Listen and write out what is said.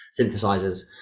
synthesizers